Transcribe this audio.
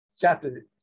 chapter